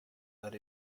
that